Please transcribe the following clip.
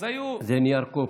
זה נייר קופי.